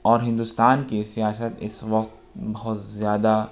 اور ہندوستان کی سیاست اس وقت بہت زیادہ